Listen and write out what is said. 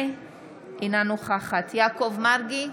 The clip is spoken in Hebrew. אינו נוכח אבתיסאם מראענה, אינה נוכחת יעקב מרגי,